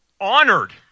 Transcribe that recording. honored